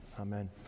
Amen